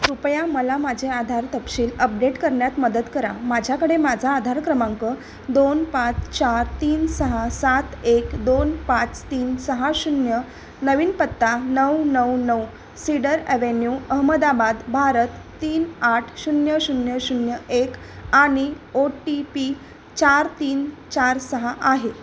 कृपया मला माझे आधार तपशील अपडेट करण्यात मदत करा माझ्याकडे माझा आधार क्रमांक दोन पाच चार तीन सहा सात एक दोन पाच तीन सहा शून्य नवीन पत्ता नऊ नऊ नऊ सीडर ॲवेन्यू अहमदाबाद भारत तीन आठ शून्य शून्य शून्य एक आणि ओ टी पी चार तीन चार सहा आहे